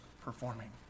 performing